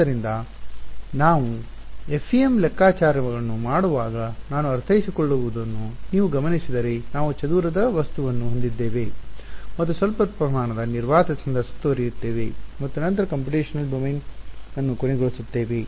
ಆದ್ದರಿಂದ ನಾವು FEM ಲೆಕ್ಕಾಚಾರಗಳನ್ನು ಮಾಡುವಾಗ ನಾನು ಅರ್ಥೈಸಿಕೊಳ್ಳುವುದನ್ನು ನೀವು ಗಮನಿಸಿದರೆ ನಾವು ಚದುರುವ ವಸ್ತುವನ್ನು ಹೊಂದಿದ್ದೇವೆ ಮತ್ತು ಸ್ವಲ್ಪ ಪ್ರಮಾಣದ ನಿರ್ವಾತದಿಂದ ಸುತ್ತುವರಿಯುತ್ತೇವೆ ಮತ್ತು ನಂತರ ಕಂಪ್ಯೂಟೇಶನಲ್ ಡೊಮೇನ್ ಅನ್ನು ಕೊನೆಗೊಳಿಸುತ್ತೇವೆ